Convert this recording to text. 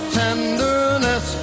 tenderness